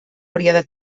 període